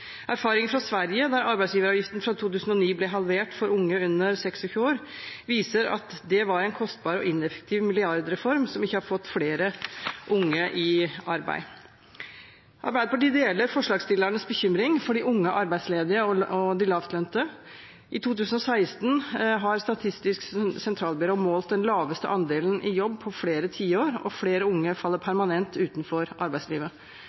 Erfaringer fra Sverige, der arbeidsgiveravgiften fra 2009 ble halvert for unge under 26 år, viser at det var en kostbar og ineffektiv milliardreform som ikke har fått flere unge i arbeid. Arbeiderpartiet deler forslagsstillerens bekymring for de unge arbeidsledige og de lavtlønte. I 2016 målte Statistisk sentralbyrå den laveste andelen i jobb på flere tiår, og flere unge faller permanent utenfor arbeidslivet.